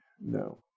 No